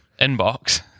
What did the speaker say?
inbox